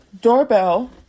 Doorbell